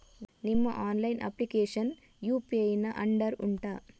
ನಿಮ್ಮ online application UPI ನ under ಉಂಟಾ